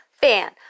fan